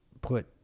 put